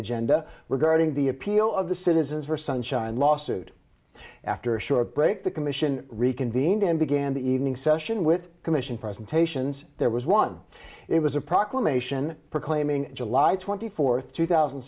agenda regarding the appeal of the citizens for sunshine law suit after a short break the commission reconvened and began the evening session with commission presentations there was one it was a proclamation proclaiming july twenty fourth two thousand